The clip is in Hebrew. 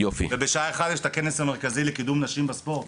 ובשעה 13:00 יש את הכנס המרכזי לקידום נשים בספורט.